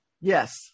yes